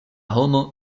homo